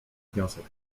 wniosek